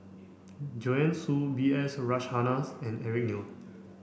Joanne Soo B S Rajhans and Eric Neo